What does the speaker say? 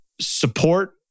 support